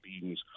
beings